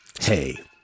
Hey